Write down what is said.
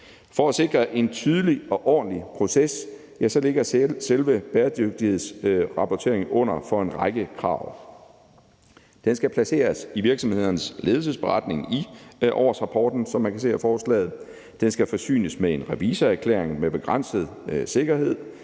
For at sikre en tydelig og ordentlig proces ligger selve bæredygtighedsrapporteringen under for en række krav. Den skal placeres i virksomhedernes ledelsesberetning i årsrapporten, som man kan se af forslaget. Den skal forsynes med en revisorerklæring med begrænset sikkerhed,